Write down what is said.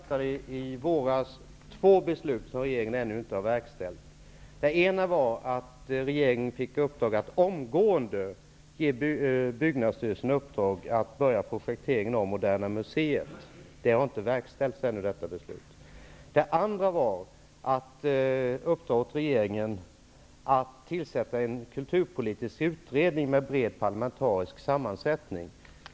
Herr talman! Jag vill vända mig till kulturministern. Riksdagen fattade i våras två beslut som regeringen ännu inte har verkställt. Det ena var att regeringen fick i uppdrag att omgående ge byggnadsstyrelsen i uppdrag att börja projekteringen av Moderna museet. Detta beslut har ännu inte verkställts. Det andra beslutet var att uppdra åt regeringen att tilsätta en kulturpolitisk utredning med bred parlamentarisk sammansättning.